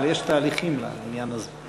אבל יש תהליכים לעניין הזה.